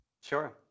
Sure